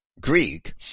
Greek